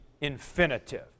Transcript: infinitive